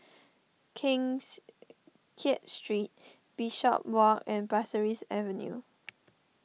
Keng Kiat Street Bishopswalk and Pasir Ris Avenue